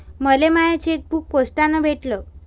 मले my chequebook पोस्टानं भेटल